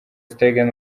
stegen